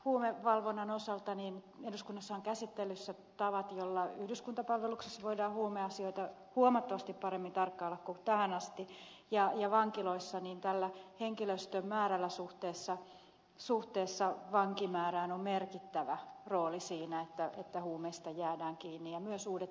huumevalvonnan osalta eduskunnassa on käsittelyssä tavat joilla yhdyskuntapalveluksessa voidaan huumeasioita huomattavasti paremmin tarkkailla kuin tähän asti ja vankiloissa tällä henkilöstömäärällä suhteessa vankimäärään on merkittävä rooli siinä että huumeista jäädään kiinni ja myös uudet valvontakeinot